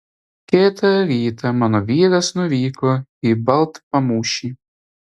kitą rytą mano vyras nuvyko į baltpamūšį